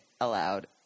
aloud